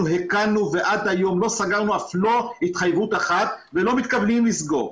הקלנו ועד היום לא סגרנו אף לא התחייבות אחת ולא מתכוונים לסגור.